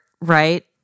right